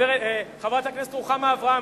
חברת הכנסת רוחמה אברהם,